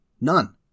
None